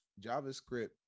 JavaScript